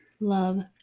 Love